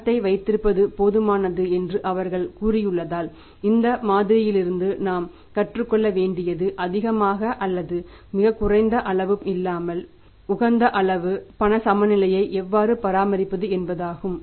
பணத்தை வைத்திருப்பது போதுமானது என்று அவர்கள் கூறியுள்ளதால் இந்த மாதிரியிலிருந்து நாம் கற்றுக் கொள்ள வேண்டியது அதிகமாக அல்லது மிகக் குறைந்த அளவு இல்லாமல் உகந்த பண சமநிலையை எவ்வாறு பராமரிப்பது என்பதாகும்